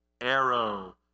arrow